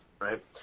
right